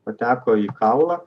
pateko į kaulą